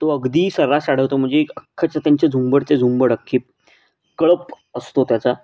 तो अगदी सर्रास आढळतो म्हणजे अख्खच्या त्यांचे झुंबडच्या झुंबड अख्खी कळप असतो त्याचा